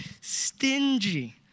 stingy